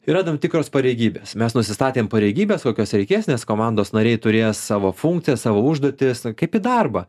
yra tam tikros pareigybės mes nusistatėm pareigybės kokios reikės nes komandos nariai turės savo funkcijas savo užduotis kaip į darbą